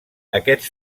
aquests